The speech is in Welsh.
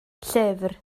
llyfr